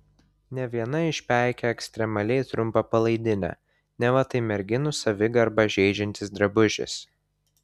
ne viena išpeikė ekstremaliai trumpą palaidinę neva tai merginų savigarbą žeidžiantis drabužis